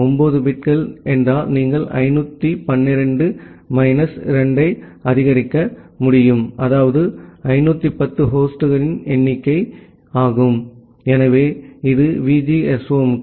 9 பிட்கள் என்றால் நீங்கள் 512 கழித்தல் 2 ஐ ஆதரிக்க முடியும் அதாவது 510 ஹோஸ்டின் எண்ணிக்கை எனவே இது VGSOM க்கு